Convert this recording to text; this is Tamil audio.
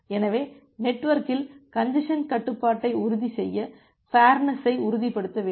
எனவே நெட்வொர்க்கில் கஞ்ஜசன் கட்டுப்பாட்டை உறுதிசெய்ய ஃபேர்நெஸ் ஐ உறுதிப்படுத்த வேண்டும்